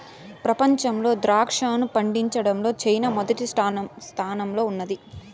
ప్రపంచంలో ద్రాక్షను పండించడంలో చైనా మొదటి స్థానంలో ఉన్నాది